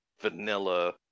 Vanilla